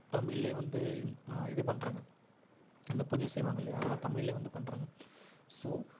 தமிழிலே வந்து இது பண்ணுறாங்க அந்த பூஜை செய்வாங்க இல்லையா அதெல்லாம் தமிழ்லேயே வந்து பண்ணுறாங்க ஸோ